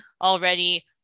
already